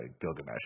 gilgamesh